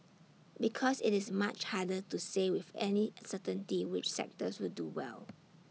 because IT is much harder to say with any certainty which sectors will do well